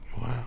Wow